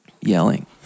yelling